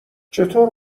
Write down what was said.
چطور